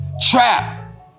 Trap